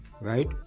Right